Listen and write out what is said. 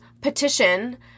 petition